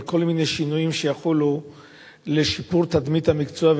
כל מיני שינויים שיחולו לשיפור תדמית המקצוע,